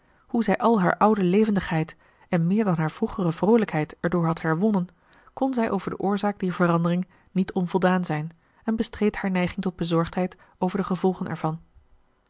hoe zij al haar oude levendigheid en meer dan haar vroegere vroolijkheid erdoor had herwonnen kon zij over de oorzaak dier verandering niet onvoldaan zijn en bestreed haar neiging tot bezorgdheid over de gevolgen ervan